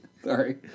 Sorry